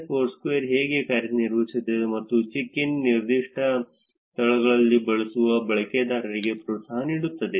Foursquare ಹೇಗೆ ಕಾರ್ಯನಿರ್ವಹಿಸುತ್ತದೆ ಇದು ಚೆಕ್ ಇನ್ ನಿರ್ದಿಷ್ಟ ಸ್ಥಳಗಳನ್ನು ಬಳಸಲು ಬಳಕೆದಾರರಿಗೆ ಪ್ರೋತ್ಸಾಹವನ್ನು ನೀಡುತ್ತದೆ